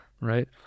Right